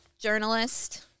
journalist